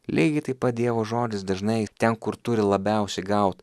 lygiai taip pat dievo žodis dažnai ten kur turi labiausiai gauti